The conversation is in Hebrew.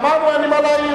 גמרנו, אין לי מה להעיר.